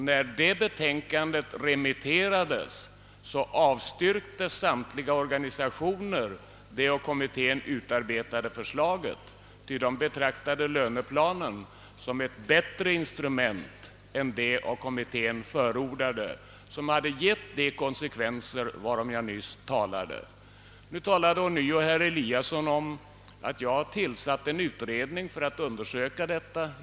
När det betänkandet remitterades, avstyrkte samtliga organisationer det av kommittén utarbetade förslaget, ty de betraktade löneplanen som ett bättre instrument än det av kommittén förordade, vilket hade givit de konsekvenser varom jag nyss talade. Nu talade ånyo herr Eliasson om att jag tillsatt en utredning för att undersöka detta.